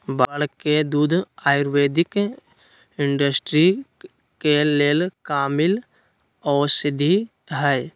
बड़ के दूध आयुर्वैदिक इंडस्ट्री के लेल कामिल औषधि हई